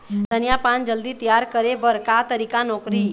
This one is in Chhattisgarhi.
धनिया पान जल्दी तियार करे बर का तरीका नोकरी?